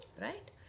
Right